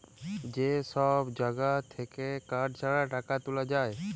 যে সব জাগা থাক্যে কার্ড ছাড়া টাকা তুলা যায়